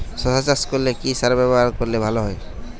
শশা চাষ করলে কি সার ব্যবহার করলে ভালো হয়?